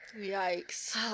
Yikes